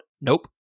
Nope